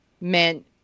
meant